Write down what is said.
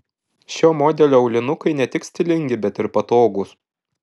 šio modelio aulinukai ne tik stilingi bet ir patogūs